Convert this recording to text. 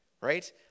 right